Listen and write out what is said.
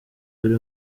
buri